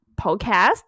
Podcast